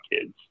kids